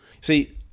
See